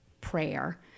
prayer